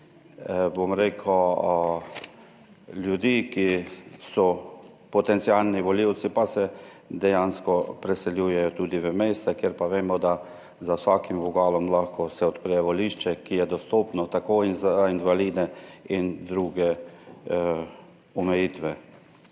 bom rekel, ljudi, ki so potencialni volivci, pa se dejansko preseljujejo tudi v mesta, kjer pa vemo, da za vsakim vogalom lahko se odpre volišče, ki je dostopno tako za invalide in druge omejitve.